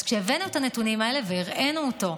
אז כשהבאנו את הנתונים האלה והראינו אותם,